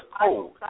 cold